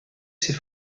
ces